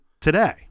today